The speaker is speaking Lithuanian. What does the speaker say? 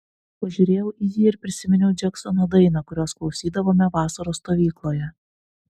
pažiūrėjau į jį ir prisiminiau džeksono dainą kurios klausydavome vasaros stovykloje